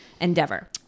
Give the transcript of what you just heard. endeavor